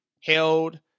held